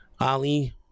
Ali